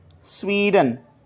Sweden